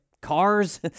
cars